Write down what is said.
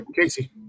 Casey